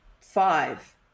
five